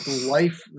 life